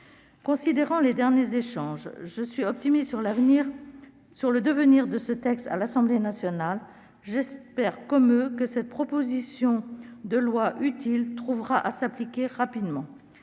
Considérant les derniers échanges, je suis optimiste sur le devenir de ce texte à l'Assemblée nationale. J'espère, comme nos collègues députés, que cette utile proposition de loi trouvera à s'appliquer rapidement.